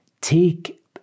take